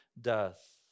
death